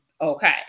okay